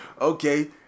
Okay